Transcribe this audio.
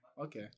Okay